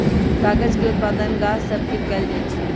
कागज के उत्पादन गाछ सभ से कएल जाइ छइ